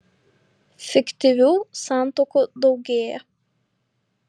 fiktyvių santuokų daugėja